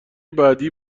بعدی